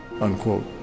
unquote